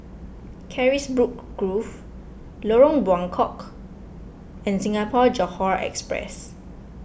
Carisbrooke Grove Lorong Buangkok and Singapore Johore Express